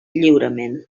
lliurement